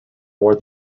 more